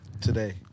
today